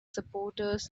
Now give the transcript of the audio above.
supporters